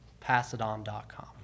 Passiton.com